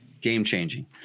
game-changing